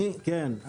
כן.